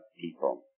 people